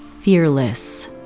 fearless